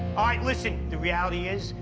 all right, listen, the reality is,